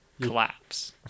collapse